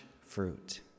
fruit